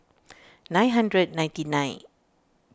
nine hundred ninety nine